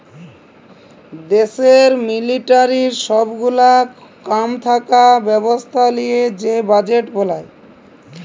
দ্যাশের মিলিটারির সব গুলা কাম থাকা ব্যবস্থা লিয়ে যে বাজেট বলায়